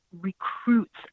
recruits